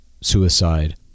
suicide